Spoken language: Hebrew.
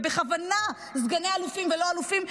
ובכוונה סגני אלופים ולא אלופים,